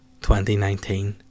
2019